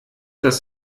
das